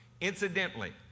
Incidentally